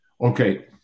Okay